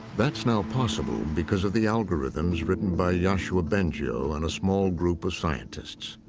that's now possible because of the algorithms written by yoshua bengio and a small group of scientists.